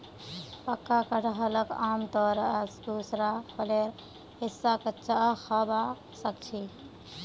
पक्का कटहलक आमतौरत दूसरा फलेर हिस्सा कच्चा खबा सख छि